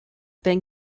been